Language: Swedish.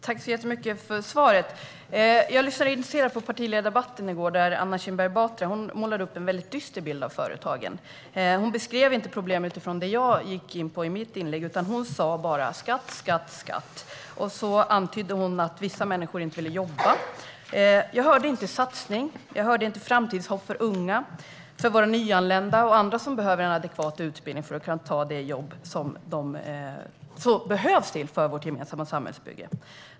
Herr talman! Tack för svaret! Jag lyssnade intresserat på partiledardebatten i går. Anna Kinberg Batra målade upp en dyster bild av företagen. Hon beskrev inte problemen utifrån vad jag gick in på i mitt inlägg, utan hon sa bara: Skatt, skatt, skatt! Hon antydde att vissa människor inte vill jobba. Jag hörde inte något om satsning, och jag hörde inte något om framtidshopp för unga, för våra nyanlända och andra som behöver en adekvat utbildning för att ta de jobb som de behövs till för vårt gemensamma samhällsbygge.